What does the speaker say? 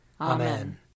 Amen